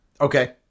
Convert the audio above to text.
Okay